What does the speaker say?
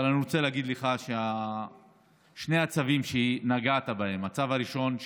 אבל אני רוצה להגיד לך על שני הצווים שנגעת בהם: הצו הראשון,